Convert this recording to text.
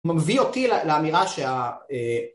הוא מביא אותי לאמירה שה...